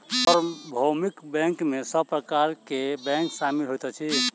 सार्वभौमिक बैंक में सब प्रकार के बैंक शामिल होइत अछि